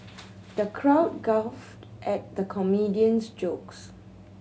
the crowd guffawed at the comedian's jokes